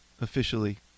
officially